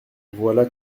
voilà